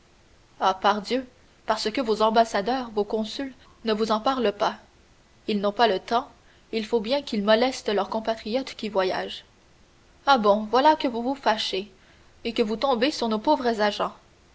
ah parbleu parce que vos ambassadeurs vos consuls ne vous en parlent pas ils n'ont pas le temps il faut bien qu'ils molestent leurs compatriotes qui voyagent ah bon voilà que vous vous fâchez et que vous tombez sur nos pauvres